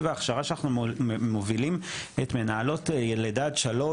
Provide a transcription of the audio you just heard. וההכשרה שאנחנו מובילים את מנהלות ילד עד שלוש,